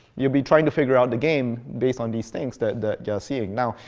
you'd be trying to figure out the game based on these things that that you're seeing. now,